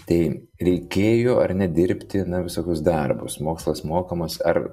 tai reikėjo ar ne dirbti na visokius darbus mokslas mokamas ar